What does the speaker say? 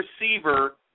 receiver